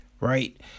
right